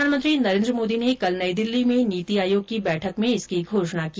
प्रधानमंत्री नरेन्द्र मोदी ने कल नई दिल्ली में नीति आयोग की बैठक में इसकी घोषणा की